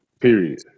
Period